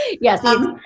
Yes